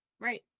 Right